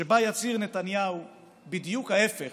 שבה יצהיר נתניהו בדיוק ההפך